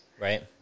Right